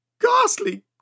ghastly